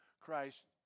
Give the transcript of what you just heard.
Christ